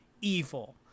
evil